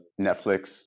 Netflix